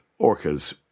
orcas